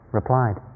replied